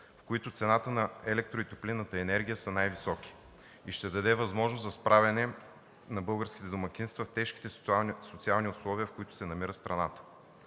в които цените на електро- и топлинната енергия са най-високи, и ще даде възможност за справяне на българските домакинства в тежките социални условия, в които се намира страната.